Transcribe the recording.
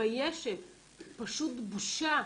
פשוט בושה.